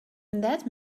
that